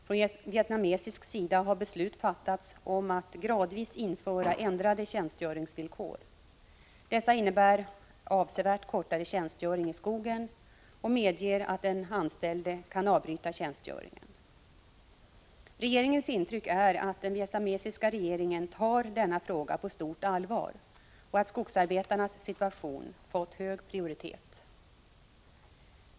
Från vietnamesisk sida har beslut fattats om att gradvis införa ändrade tjänstgöringsvillkor. Dessa innebär avsevärt kortare tjänstgöring i skogen och medger att den anställde kan avbryta tjänstgöringen. Regeringens intryck är att den vietnamesiska regeringen tar denna fråga på stort allvar och att skogsarbetarnas situation fått hög prioritet.